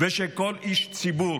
ושל כל איש ציבור